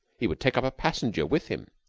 he would take up a passenger with him.